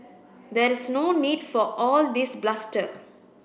there is no need for all this bluster